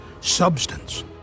substance